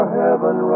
heaven